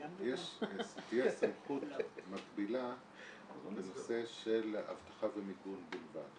תהיה סמכות מקבילה בנושא של אבטחה ומיגון בלבד.